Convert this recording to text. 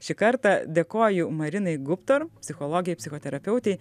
šį kartą dėkoju marinai guptor psichologei psichoterapeutei